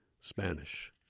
Spanish